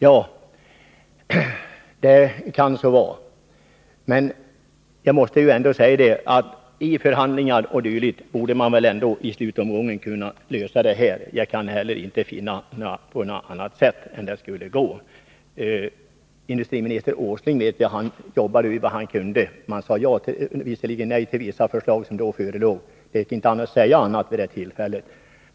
Ja, det kan så vara, men jag vill ändå säga att man borde kunna lösa frågan genom förhandlingar i slutomgången. Jag kan inte finna annat än att det skulle vara möjligt. Jag vet att industriminister Åsling gjorde vad han kunde. Han sade visserligen nej till vissa förslag som hade framförts, men det fanns vid det tillfället